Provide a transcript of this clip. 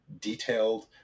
detailed